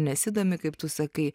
nesidomi kaip tu sakai